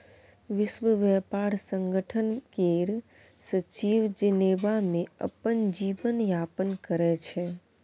विश्व ब्यापार संगठन केर सचिव जेनेबा मे अपन जीबन यापन करै छै